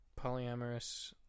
polyamorous